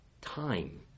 Time